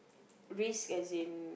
risk as in